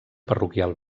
parroquial